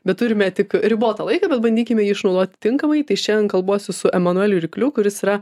bet turime tik ribotą laiką bet bandykime jį išnaudot tinkamai tai šiandien kalbuosi su emanueliu rykliu kuris yra